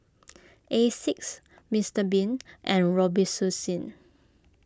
Asics Mister Bean and Robitussin